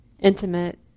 intimate